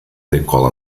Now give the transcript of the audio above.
decola